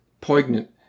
poignant